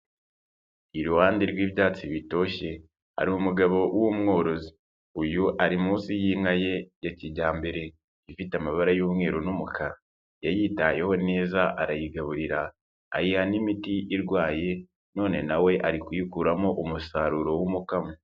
Iruhande rw'ibyatsi bitoshye hari umugabo w'umworozi, uyu ari munsi y'inka ye ya kijyambere, ifite amabara y'umweru n'umukara, yayitayeho neza arayigaburira, ayiha n'imiti irwaye none na we ari kuyikuramo umusaruro w'umukamo.